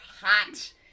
hot